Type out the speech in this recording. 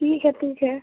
ठीक है ठीक है